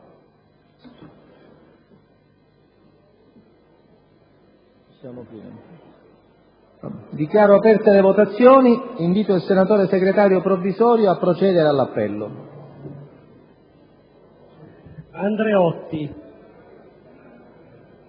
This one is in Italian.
Dichiaro aperte le votazioni. Invito il senatore Segretario provvisorio a procedere all’appello. GARAVAGLIA